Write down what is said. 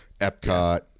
Epcot